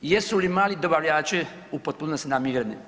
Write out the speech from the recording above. Jesu li mali dobavljači u potpunosti namireni?